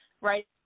right